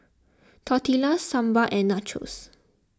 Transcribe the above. Tortillas Sambar and Nachos